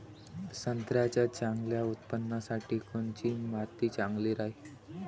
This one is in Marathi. संत्र्याच्या चांगल्या उत्पन्नासाठी कोनची माती चांगली राहिनं?